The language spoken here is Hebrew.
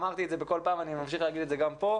אמרתי את זה כל פעם ואני ממשיך להגיד את זה גם כאן,